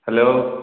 hello